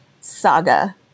saga